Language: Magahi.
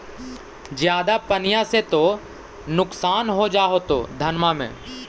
ज्यादा पनिया से तो नुक्सान हो जा होतो धनमा में?